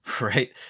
right